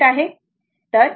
तर मी ते समजावतो